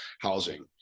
housing